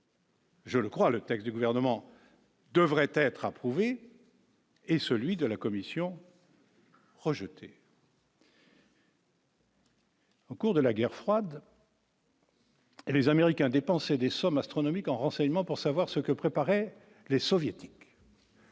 Je le crois, le texte du gouvernement devrait être approuvée. Et celui de la Commission. Rejeté. Au cours de la guerre froide. Les Américains dépenser des sommes astronomiques en enseignement pour savoir ce que préparaient les soviétiques.